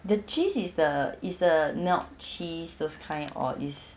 the cheese is the is the milk cheese those kind or it's